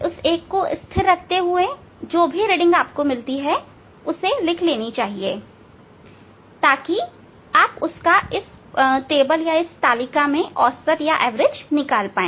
उस एक को स्थिर रखते हुए जो भी रीडिंग आपको मिले लिख लेनी चाहिए ताकि आप उसका इस तालिका में औसत निकाल सकें